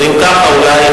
אם כך, אולי,